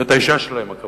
את האשה שלהם, הכוונה.